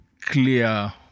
clear